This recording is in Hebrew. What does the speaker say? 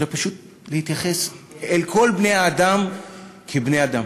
אלא פשוט להתייחס אל כל בני-האדם כאל בני-אדם.